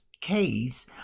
case